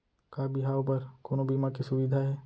का बिहाव बर कोनो बीमा के सुविधा हे?